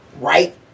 right